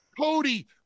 cody